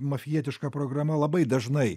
mafijetiška programa labai dažnai